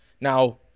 Now